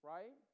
Right